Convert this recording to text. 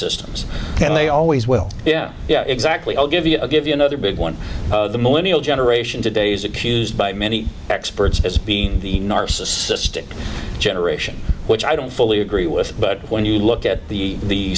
systems and they always will yeah yeah exactly i'll give you give you another big one the millennial generation today's accused by many experts as being the narcissistic generation which i don't fully i agree with but when you look at the